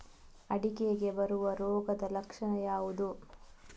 ಅಡಿಕೆಗೆ ಬರುವ ರೋಗದ ಲಕ್ಷಣ ಯಾವುದು?